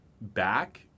back